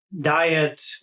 diet